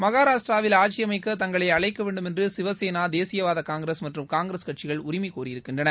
மகாராஷட்ராவில் ஆட்சியமைக்க தங்களை அழைக்க வேண்டும் என்று சிவசேனா தேசியவாத காங்கிரஸ் மற்றும் காங்கிரஸ் கட்சிகள் உரிமை கோரியிருக்கின்றன